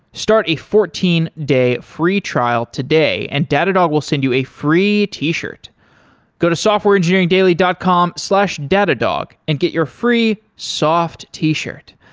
start a fourteen day free trial today and datadog will send you a free t-shirt go to softwareengineeringdaily dot com slash datadog and get your free soft t-shirt.